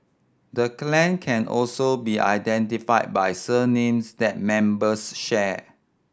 the clan can also be identified by surnames that members share